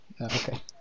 Okay